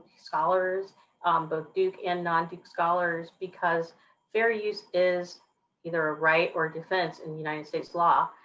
scholars um both duke and non-duke scholars because fair use is either a right or defense in the united states law,